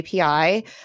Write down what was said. API